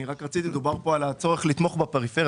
אני רק רציתי, דובר פה על הצורך לתמוך בפריפריה.